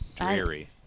Dreary